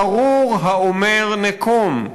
וארור האומר נקום.